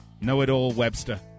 Know-It-All-Webster